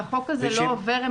אם החוק הזה לא עובר,